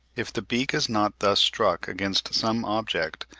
if the beak is not thus struck against some object,